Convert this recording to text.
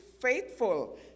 faithful